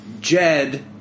Jed